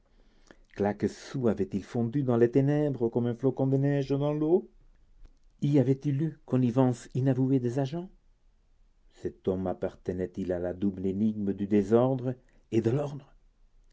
claquesous avait-il fondu dans les ténèbres comme un flocon de neige dans l'eau y avait-il eu connivence inavouée des agents cet homme appartenait-il à la double énigme du désordre et de l'ordre